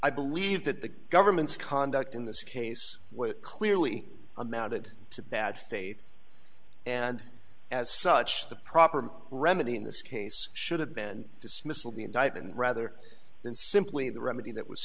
i believe that the government's conduct in this case clearly amounted to bad faith and as such the proper remedy in this case should have been dismissal the indictment rather than simply the remedy that was